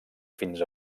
fins